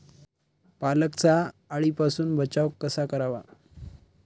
पालकचा अळीपासून बचाव कसा करावा?